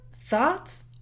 thoughts